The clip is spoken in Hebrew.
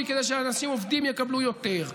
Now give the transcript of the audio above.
ונתנו נקודות זיכוי כדי שאנשים עובדים יקבלו יותר.